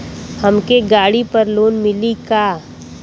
हमके गाड़ी पर लोन मिली का?